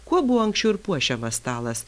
kuo buvo anksčiau ir puošiamas stalas